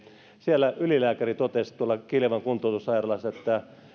siellä ylilääkäri totesi tuolla kiljavan kuntoutussairaalassa että